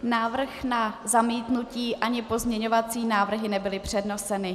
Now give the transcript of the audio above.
Návrh na zamítnutí ani pozměňovací návrhy nebyly předneseny.